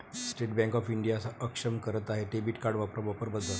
state Bank of India अक्षम करत आहे डेबिट कार्ड वापरा वापर बदल